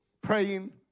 praying